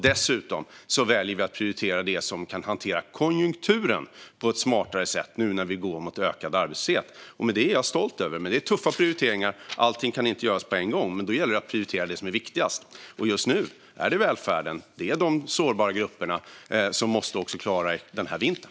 Dessutom väljer vi att prioritera det som kan hantera konjunkturen på ett smartare sätt nu när vi går mot ökad arbetslöshet. Det är jag stolt över, men det är tuffa prioriteringar. Allting kan inte göras på en gång. Då gäller det att prioritera det som är viktigast. Just nu är det välfärden. Det är de sårbara grupperna som också måste klara denna vinter.